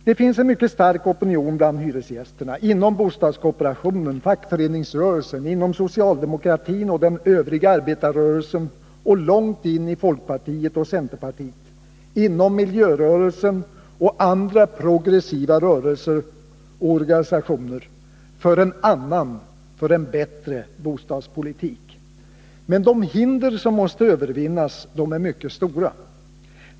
Det finns en mycket stark opinion bland hyresgästerna, inom bostadskooperationen och fackföreningsrörelsen, inom socialdemokratin, den övriga arbetarrörelsen och långt in i folkpartiet och centerpartiet, inom miljörörelsen och andra progressiva rörelser och organisationer — för en annan och bättre bostadspolitik. Men de hinder som måste övervinnas är mycket stora.